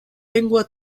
lengua